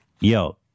Yo